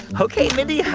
ok, mindy.